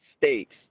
states